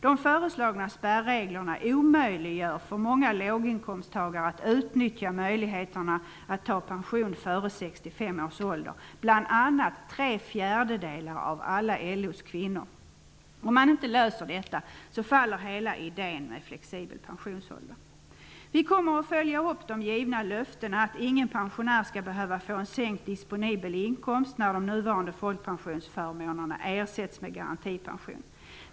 De föreslagna spärreglerna omöjliggör för många låginkomsttagare att utnyttja möjligheterna att ta pension före 65 års ålder, bl.a. tre fjärdedelar av alla LO:s kvinnor. Om man inte löser detta, faller hela idén med flexibel pensionsålder. Vi kommer att följa upp de givna löftena att ingen pensionär skall behöva få en sänkt disponibel inkomst när de nuvarande folkpensionsförmånerna ersätts med garantipension.